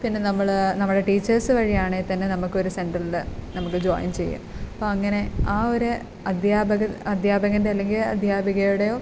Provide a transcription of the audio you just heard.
പിന്നെ നമ്മൾ നമ്മുടെ ടീച്ചേഴ്സ് വഴി ആണെങ്കിൽ തന്നെ നമുക്കൊരു സെൻററിൽ നമുക്ക് ജോയിൻ ചെയ്യാം അപ്പോൾ അങ്ങനെ ആ ഒരു അധ്യാപക അധ്യാപകൻ്റെ അല്ലെങ്കിൽ അധ്യാപികയുടെയോ